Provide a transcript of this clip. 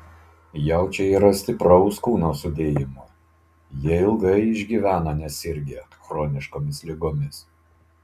jaučiai yra stipraus kūno sudėjimo jie ilgai išgyvena nesirgę chroniškomis ligomis